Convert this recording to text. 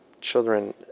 children